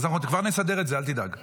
אנחנו כבר נסדר את זה, אל תדאג.